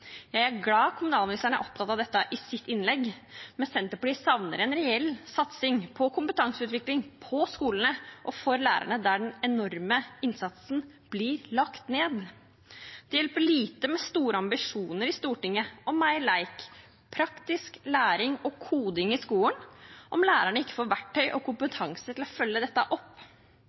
Jeg er glad for at kommunalministeren var opptatt av dette i sitt innlegg, men Senterpartiet savner en reell satsing på kompetanseutvikling på skolene og for lærerne, der den enorme innsatsen blir lagt ned. Det hjelper lite med store ambisjoner i Stortinget om mer lek, praktisk læring og koding i skolen om lærerne ikke får verktøy og kompetanse til å følge dette opp.